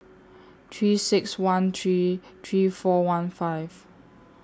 three six one three three four one five